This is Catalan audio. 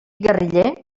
guerriller